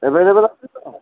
available আছে তো